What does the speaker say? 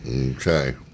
Okay